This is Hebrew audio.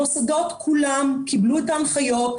המוסדות כולם קיבלו את ההנחיות,